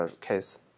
case